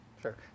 sure